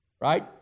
right